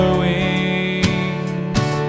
wings